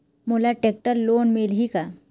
मोला tractor loan मिलही का?